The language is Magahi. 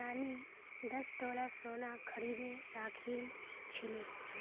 नानी दस तोला सोना खरीदे राखिल छिले